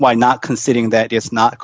why not considering that it's not